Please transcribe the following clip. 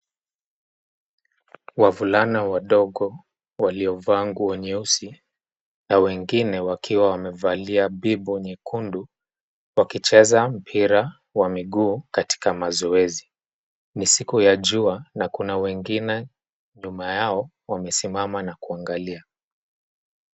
Wavulana wadogo waliovaa nguo nyeusi, na wengine wakiwa wamevalia bibo nyekundu, wakicheza mpira wa miguu katika mazoezi. Ni siku ya jua na kuna wengine nyuma yao wamesimama na kuangalia.